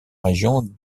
région